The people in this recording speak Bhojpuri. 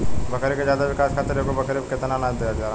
बकरी के ज्यादा विकास खातिर एगो बकरी पे कितना अनाज देहल जाला?